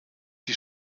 die